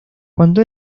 cuando